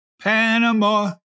Panama